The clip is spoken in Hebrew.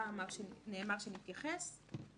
גם נאמר שנתייחס.